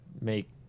make